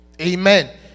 Amen